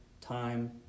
time